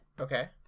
Okay